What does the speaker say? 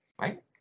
Right